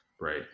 right